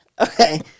Okay